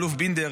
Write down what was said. האלוף בינדר,